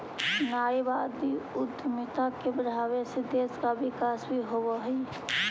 नारीवादी उद्यमिता के बढ़ावे से देश का विकास भी होवअ हई